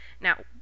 Now